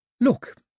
Look